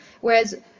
Whereas